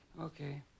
Okay